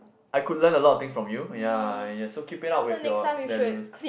I could learn a lot of things from you ya ya so keep it up with your values